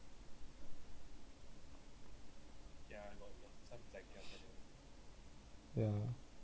yeah